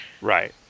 Right